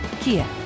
Kia